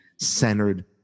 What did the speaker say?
centered